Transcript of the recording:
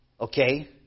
Okay